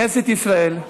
בכנסת ישראל,